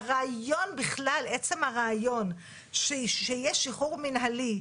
בכלל עצם הרעיון שיהיה שחרור מינהלי,